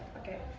okay.